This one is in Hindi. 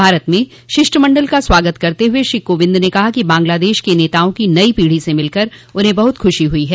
भारत में शिष्टमंडल का स्वागत करते हुए श्री कोविंद ने कहा कि बांग्लादेश के नेताओं की नई पीढ़ी से मिलकर उन्हें बह़त ख़ुशी हुई है